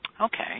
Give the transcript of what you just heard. okay